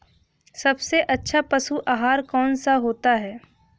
सबसे अच्छा पशु आहार कौन सा होता है?